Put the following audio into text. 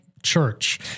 church